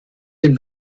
dem